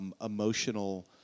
emotional